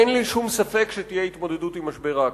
אין לי שום ספק שתהיה התמודדות עם משבר האקלים.